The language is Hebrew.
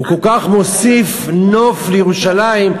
כל כך מוסיף נוף לירושלים,